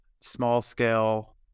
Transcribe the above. small-scale